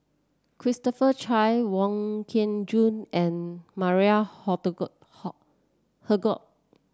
Christopher Chia Wong Kin Jong and Maria Hertogh